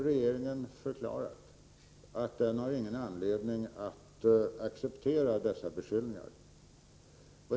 Regeringen har förklarat att den inte har någon anledning att acceptera dessa beskyllningar.